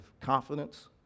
confidence